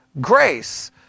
grace